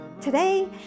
Today